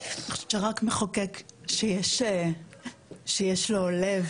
אני חושבת שרק מחוקק שיש לו לב